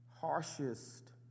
harshest